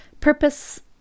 Purpose